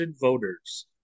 voters